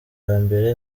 hambere